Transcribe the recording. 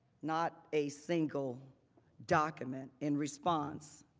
not a single document in response